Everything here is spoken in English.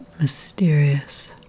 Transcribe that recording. mysterious